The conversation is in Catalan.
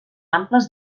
amples